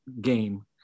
game